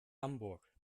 hamburg